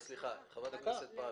חברת הכנסת כהן-פארן,